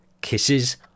Kisses